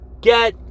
Get